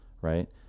right